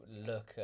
look